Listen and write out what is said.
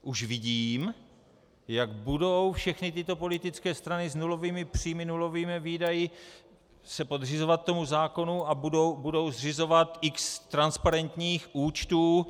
Už vidím, jak budou všechny tyto politické strany s nulovými příjmy, nulovými výdaji se podřizovat tomu zákonu a budou zřizovat x transparentních účtů.